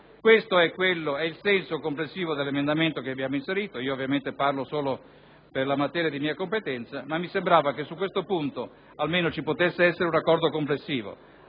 Questo è il senso complessivo dell'emendamento che abbiamo inserito nel decreto-legge, ovviamente parlo solo per la materia di mia competenza, ma mi sembrava che su questo punto almeno vi potesse essere un accordo complessivo.